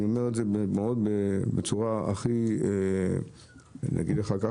אני אומר לך את זה בצורה הכי לא פוגענית,